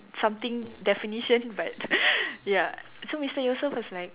something definition but ya so Mister Yusoff has been